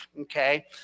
okay